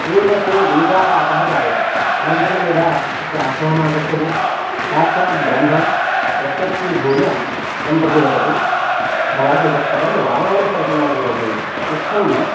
पूर्वतनबीजावापः जायते अनन्तरं यदा स्वस्य आश्रममागच्छति साक्षात् ब्रह्मा प्रत्यक्षीभूय तं प्रति वदति भवान् इतः परं रामायणसर्जनां करोतु इति इत्थं